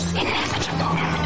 inevitable